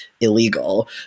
illegal